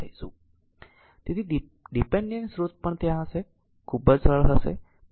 તેથી ડીપેન્ડેન્ટ સ્રોત પણ ત્યાં હશે ખૂબ જ સરળ હશે